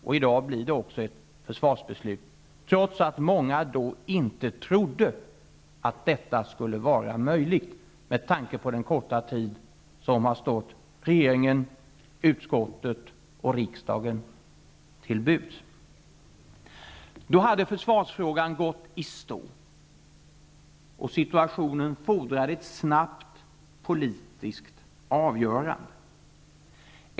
I dag blir det också ett försvarsbeslut, trots att många då inte trodde att detta skulle vara möjligt med tanke på den korta tid som har stått regeringen, utskottet och riksdagen till buds. Då hade försvarsfrågan gått i stå, och situationen fordrade ett snabbt politiskt avgörande.